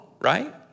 right